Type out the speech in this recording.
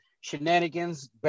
shenanigans